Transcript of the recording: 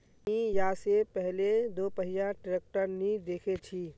मी या से पहले दोपहिया ट्रैक्टर नी देखे छी